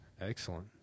excellent